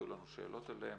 היו לנו שאלות אליהם,